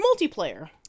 multiplayer